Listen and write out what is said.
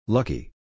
Lucky